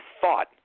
thought